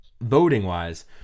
voting-wise